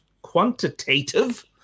Quantitative